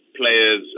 players